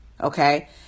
okay